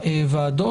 הוועדות.